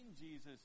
Jesus